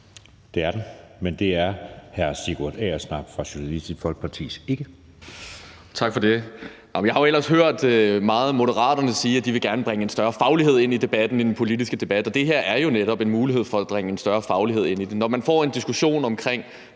Det er den, men det er hr. Sigurd Agersnap fra Socialistisk Folkepartis